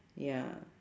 ya